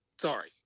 Sorry